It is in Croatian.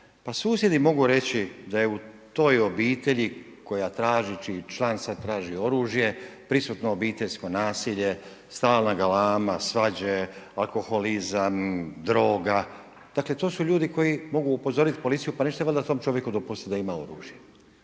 susjedi mogu reći da je u toj obitelji koja traži čiji član sada traži oružje prisutno obiteljsko nasilje, stalna galama, svađe, alkoholizam, droga. Dakle, to su ljudi koji mogu upozoriti policiju, pa nećete valjda tom čovjeku dopustiti da ima oružje.